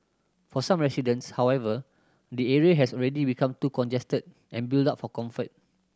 for some residents however the area has already become too congested and built up for comfort